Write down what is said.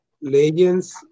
legends